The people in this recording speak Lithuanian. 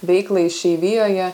veiklą išeivijoje